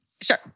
Sure